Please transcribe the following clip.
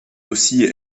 aussi